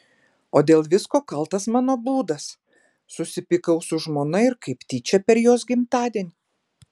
o dėl visko kaltas mano būdas susipykau su žmona ir kaip tyčia per jos gimtadienį